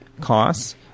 costs